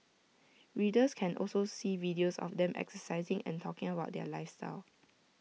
readers can also see videos of the them exercising and talking about their lifestyle